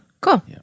Cool